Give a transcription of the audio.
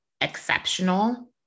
exceptional